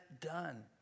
done